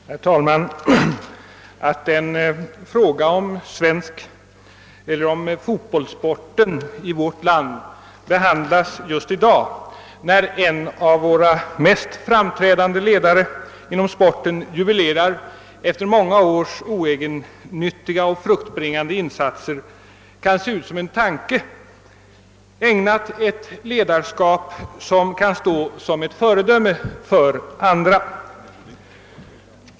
Herr talman! Att en fråga om fotbollsporten i vårt land behandlas just i dag, när en av våra mest framstående ledare inom denna sport jubilerar efter många års oegennyttiga och fruktbringande insatser kan se ut som en tanke, ägnad ett ledarskap som kan stå som ett föredöme för andra.